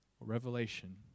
revelation